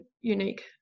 unique